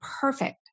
perfect